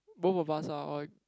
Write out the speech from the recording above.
both of us ah or